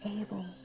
able